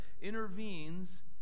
intervenes